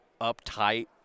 uptight